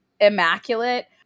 immaculate